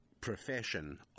profession